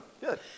Good